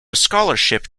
scholarship